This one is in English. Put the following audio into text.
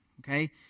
okay